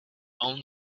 own